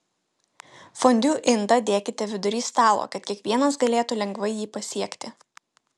fondiu indą dėkite vidury stalo kad kiekvienas galėtų lengvai jį pasiekti